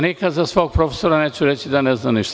Nikada za svog profesora neću reći da ne zna ništa.